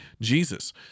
Jesus